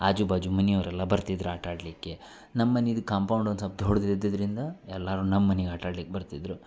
ಆಜು ಬಾಜು ಮನೆಯವ್ರೆಲ್ಲ ಬರ್ತಿದ್ರು ಆಟಾಡಲಿಕ್ಕೆ ನಮ್ಮ ಮನೇದ್ ಕಾಂಪೌಂಡ್ ಒಂದು ಸ್ವಲ್ಪ್ ದೊಡ್ದು ಇದ್ದಿದ್ದರಿಂದ ಎಲ್ಲರು ನಮ್ಮಮನೆಗ್ ಆಟಾಡ್ಲಿಕ್ಕೆ ಬರ್ತಿದ್ದರು